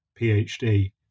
PhD